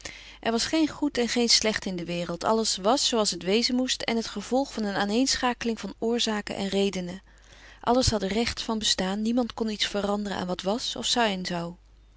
er was geen goed en geen slecht in de wereld alles was zooals het wezen moest en het gevolg van een aaneenschakeling van oorzaken en redenen alles had recht van bestaan niemand kon iets veranderen aan wat was of zijn zou